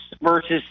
versus